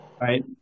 right